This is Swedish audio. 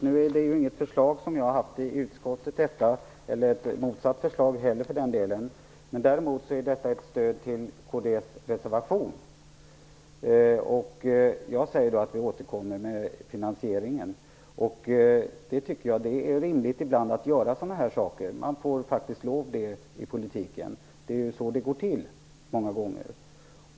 Herr talman! Detta handlar inte om något förslag som jag lagt fram i utskottet. Däremot är det ett stöd för kds reservation. Jag sade att vi skulle återkomma med finansieringen. Det är rimligt att ibland göra så; det får man lov till i politiken. Det är ju så det går till många gånger.